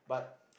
but